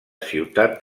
ciutat